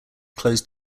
closed